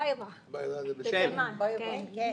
תימן.